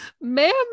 ma'am